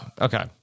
Okay